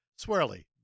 swirly